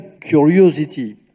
curiosity